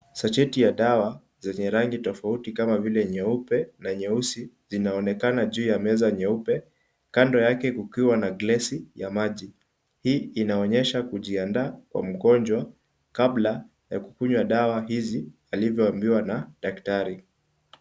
Sacheti ya dawa zenye rangi tofauti, kama vile nyeupe na nyeusi zinaonekana juu ya meza nyeupe, kando yake kukiwa na glesi ya maji. Hii inaonyesha kujiandaa kwa mgonjwa kabla ya kukunywa dawa hizi alivyoambiwa na daktari.